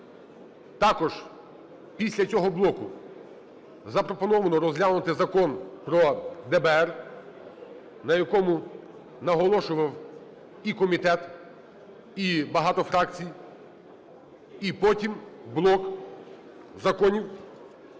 Також після цього блоку запропоновано розглянути Закон про ДБР, на якому наголошував і комітет, і багато фракцій. І потім – блок законів